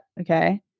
Okay